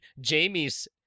Jamie's